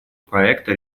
проекта